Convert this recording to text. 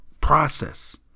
process